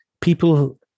people